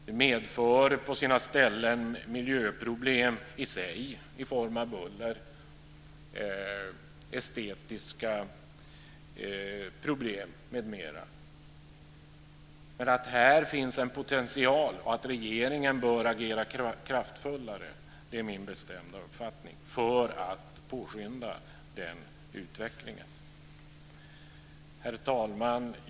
Den medför på sina ställen miljöproblem i sig i form av buller, estetiska problem m.m. Det är dock min bestämda uppfattning att det finns en potential för regeringen att agera kraftfullare för att påskynda utvecklingen. Herr talman!